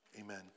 Amen